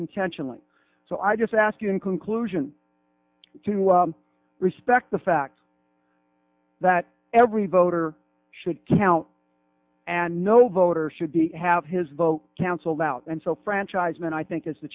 intentionally so i just ask you in conclusion to respect the fact that every voter should count and no voter should be have his vote canceled out and so franchise him and i think is the